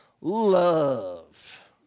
love